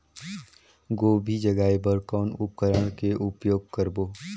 गोभी जगाय बर कौन उपकरण के उपयोग करबो?